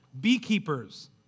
beekeepers